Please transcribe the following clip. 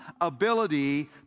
ability